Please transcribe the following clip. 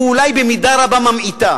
ואולי במידה רבה ממעיטה.